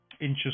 inches